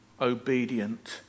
Obedient